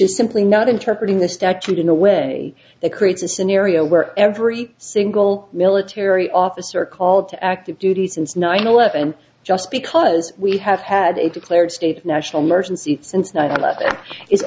is simply not interpret in the statute in a way that creates a scenario where every single military officer called to active duty since nine eleven just because we have had it declared state national emergency since ni